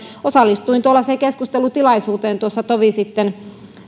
osallistuin tuollaiseen keskustelutilaisuuteen tuossa tovi sitten jota